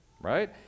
right